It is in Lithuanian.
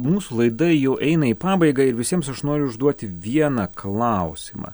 mūsų laida jau eina į pabaigą ir visiems aš noriu užduoti vieną klausimą